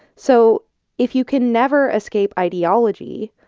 so if you can never escape ideology,